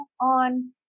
on